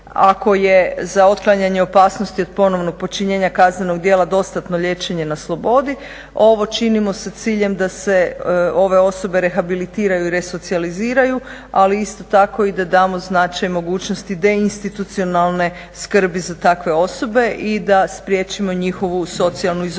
ako je za otklanjanje opasnosti od ponovnog počinjenja kaznenog djela dostatno liječenje na slobodi. Ovo činimo sa ciljem da se ove osobe rehabilitiraju i resocijaliziraju, ali isto tako i da damo značaj mogućnosti deinstitucionalne skrbi za takve osobe i da spriječimo njihovu socijalnu izolaciju.